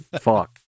Fuck